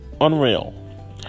Unreal